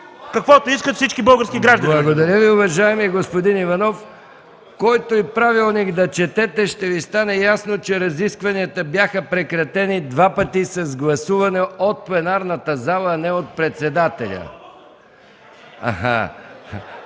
каквото искат всички български граждани! ПРЕДСЕДАТЕЛ МИХАИЛ МИКОВ: Благодаря Ви, уважаеми господин Иванов. Който и правилник да четете, ще Ви стане ясно, че разискванията бяха прекратени два пъти с гласуване от пленарната зала, а не от председателя.